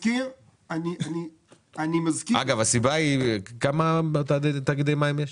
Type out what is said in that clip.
אגב, כמה תאגידי מים יש?